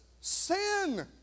sin